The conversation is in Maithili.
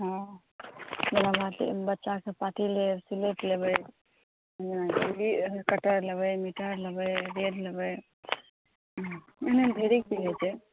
हँ बच्चाके पढ़ैके लेल सिलेट लेबै कट्टर लेबै मिटेर लेबै नहि ढ़ेरिक चीज होइ छै